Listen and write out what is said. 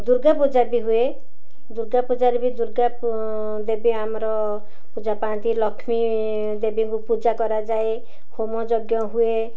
ଦୁର୍ଗା ପୂଜା ବି ହୁଏ ଦୂର୍ଗା ପୂଜାରେ ବି ଦୁର୍ଗା ଦେବୀ ଆମର ପୂଜା ପାଆନ୍ତି ଲକ୍ଷ୍ମୀ ଦେବୀଙ୍କୁ ପୂଜା କରାଯାଏ ହୋମ ଯଜ୍ଞ ହୁଏ